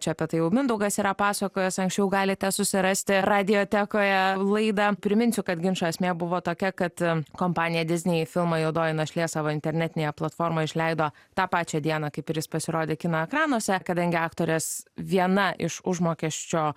čia apie tai jau mindaugas yra pasakojęs anksčiau galite susirasti radiotekoje laidą priminsiu kad ginčo esmė buvo tokia kad kompanija disney filmą juodoji našlė savo internetinėje platformoj išleido tą pačią dieną kaip ir jis pasirodė kino ekranuose kadangi aktorės viena iš užmokesčio